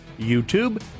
YouTube